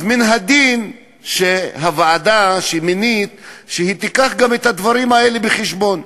מן הדין שהוועדה שמינית תביא גם את הדברים האלה בחשבון.